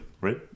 right